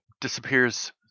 disappears